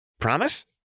Promise